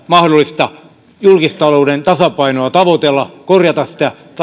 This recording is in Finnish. mahdollista tavoitella enemmän julkistalouden tasapainoa korjata sitä